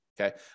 Okay